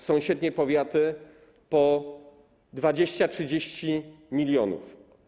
Sąsiednie powiaty po 20, 30 mln.